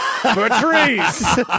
Patrice